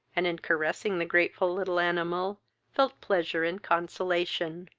and in caressing the grateful little animal felt pleasure and consolation.